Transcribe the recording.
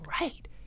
right